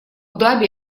даби